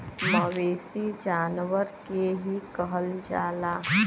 मवेसी जानवर के ही कहल जाला